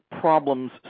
problems